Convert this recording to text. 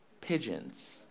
pigeons